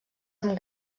amb